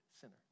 sinner